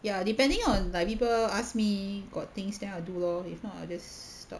ya depending on like people ask me got things then I'll do lor if not I just stop